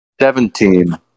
Seventeen